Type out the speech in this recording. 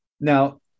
now